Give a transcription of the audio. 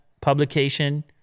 publication